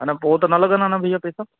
अञा पोइ त न लॻंदा न भैया पैसा